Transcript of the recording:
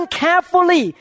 carefully